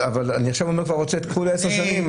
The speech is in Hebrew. אבל אני עכשיו אומר שאני רוצה את כל עשר השנים.